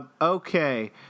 Okay